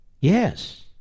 Yes